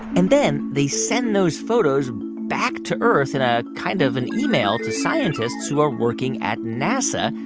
and then they send those photos back to earth in a kind of an email to scientists who are working at nasa,